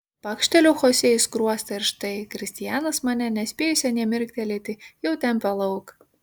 pakšteliu chosė į skruostą ir štai kristianas mane nespėjusią nė mirktelėti jau tempia lauk